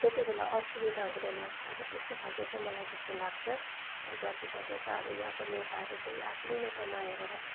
त्यति बेला असुविधा हुँदैन अब त्यस्तो खाले चाहिँ मलाई त्यस्तो लाग्छ अब जति सक्दो चाहिँ अब यहाँको नेताहरू चाहिँ आफ्नो मात्र नहेरेर